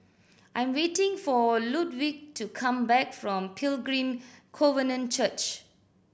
I'm waiting for Ludwig to come back from Pilgrim Covenant Church